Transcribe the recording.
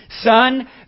Son